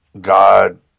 God